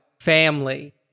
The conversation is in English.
Family